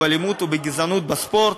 באלימות ובגזענות בספורט,